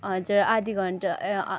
हजुर आधा घन्टा आ